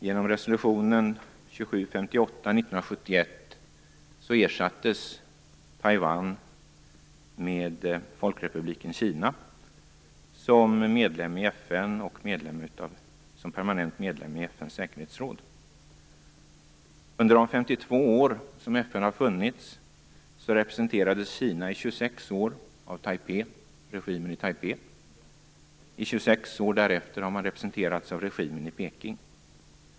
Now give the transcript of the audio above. Genom resolutionen 27:58 1971 ersattes Taiwan av Folkrepubliken Kina som medlem i FN och som permanent medlem i FN:s säkerhetsråd. Under de 52 år som FN har funnits, har Kina i 26 år representerats av regimen i Taipei. I 26 år därefter har Kina representerats av regimen i Peking.